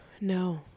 No